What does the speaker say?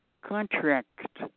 contract